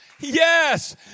Yes